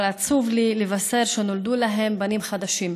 אבל עצוב לי לבשר שנולדו להם בנים חדשים: